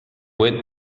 went